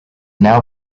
now